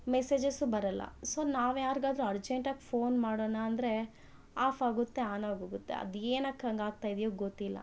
messages ಬರೊಲ್ಲ so ನಾವ್ಯಾರಿಗಾದ್ರು ಅರ್ಜೆಂಟಾಗಿ ಫೋನ್ ಮಾಡೋಣ ಅಂದರೆ ಆಫಾಗುತ್ತೆ ಆನ್ ಆಗೋಗುತ್ತೆ ಅದು ಏನಕ್ಕೆ ಹಂಗೆ ಆಗ್ತಾ ಇದೆಯೋ ಗೊತ್ತಿಲ್ಲ